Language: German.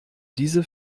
diese